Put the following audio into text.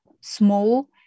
small